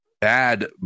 bad